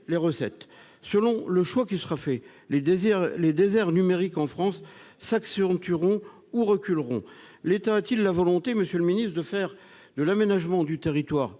les recettes. Selon le choix qui sera fait, les déserts numériques en France s'accentueront ou reculeront. L'État a-t-il la volonté, monsieur le ministre, de faire de l'aménagement du territoire